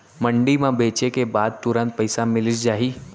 मंडी म बेचे के बाद तुरंत पइसा मिलिस जाही?